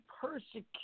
persecute